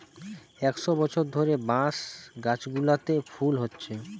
একশ বছর ধরে বাঁশ গাছগুলোতে ফুল হচ্ছে